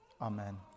Amen